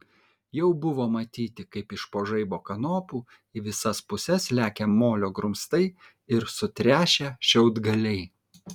jau buvo matyti kaip iš po žaibo kanopų į visas puses lekia molio grumstai ir sutrešę šiaudgaliai